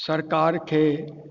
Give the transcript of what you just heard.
सरकार खे